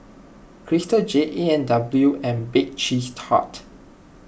Crystal Jade A and W and Bake Cheese Tart